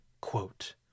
quote